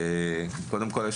קודם כל,